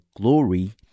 glory